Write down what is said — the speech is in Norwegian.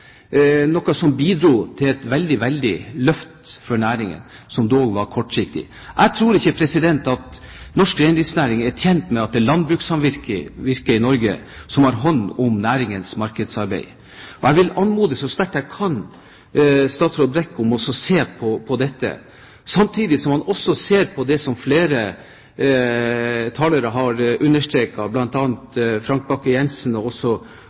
noe som bidro til et veldig løft for næringen, som dog var kortsiktig. Jeg tror ikke at norsk reindriftsnæring er tjent med at det er landbrukssamvirket i Norge som har hånd om næringens markedsarbeid. Jeg vil så sterkt jeg kan anmode statsråd Brekk om å se på dette, samtidig som han ser på det som flere talere har understreket, bl.a. Frank Bakke Jensen og